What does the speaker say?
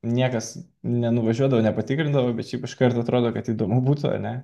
niekas nenuvažiuodavo nepatikrindavo bet šiaip iš karto atrodo kad įdomu būtų ar ne